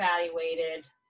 evaluated